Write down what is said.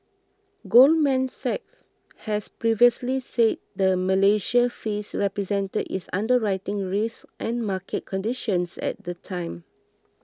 Goldman Sachs has previously said the Malaysia fees represented its underwriting risks and market conditions at the time